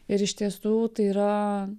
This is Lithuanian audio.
ir iš tiesų tai yra